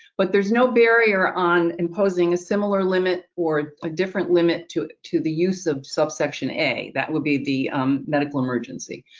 but there's no barrier on imposing a similar limit, or a different limit, to to the use of subsection a. that would be the medical emergency.